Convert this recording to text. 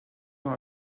dans